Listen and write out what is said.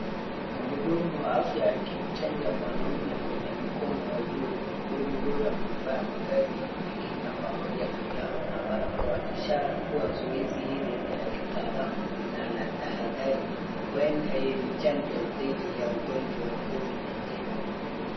Mhudumu wa afya akimchanja mwanamume kwenye mkono wa juu. Mhudumu huyo amevaa mavazi ya kujikinga pamoja na glavu na barakoa, ishara kuwa zoezi hili ni la kitaalamu na la tahadhari. Huenda hii ni chanjo dhidi ya ugonjwa wa Covid-19 .